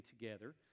together